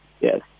yes